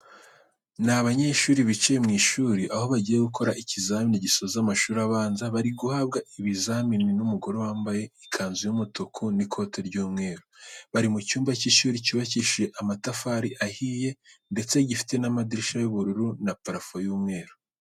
Ni abanyeshuri bicaye mu ishuri aho bagiye gukora ikizamini gisoza amashuri abanza, bari guhabwa ibizamini n'umugore wambaye ikanzu y'umutuku n'ikote ry'umweru. Bari mu cyumba cy'ishuri cyubakishije amatafari ahiye ndetse gifite n'amadirishya y'ubururu na parafo y'umweru.